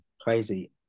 Crazy